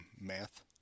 Math